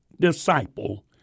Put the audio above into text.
disciple